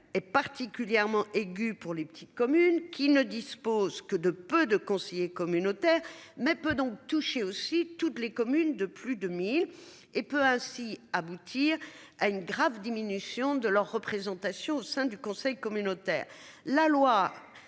est particulièrement aigu pour les petites communes qui ne disposent que de peu de conseillers communautaires mais peut donc toucher aussi toutes les communes de plus de 1000 et peut ainsi aboutir à une grave diminution de leur représentation au sein du conseil communautaire. La loi